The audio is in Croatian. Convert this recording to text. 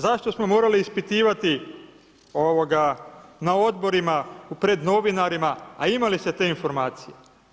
Zašto smo morali ispitivati na odborima, pred novinarima, a imali ste te informacije?